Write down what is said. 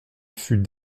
fut